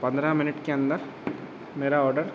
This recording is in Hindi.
पन्द्रह मिनट के अंदर मेरा ऑडर